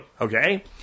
okay